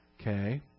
Okay